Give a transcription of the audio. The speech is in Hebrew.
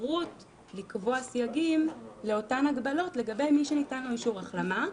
לאפשרות לקבוע סייגים לאותן הגבלות לגבי מי שניתן לו אישור החלמה.